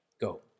Go